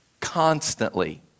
constantly